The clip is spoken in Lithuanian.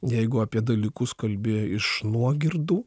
jeigu apie dalykus kalbi iš nuogirdų